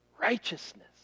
righteousness